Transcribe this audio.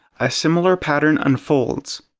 a similar pattern unfolds.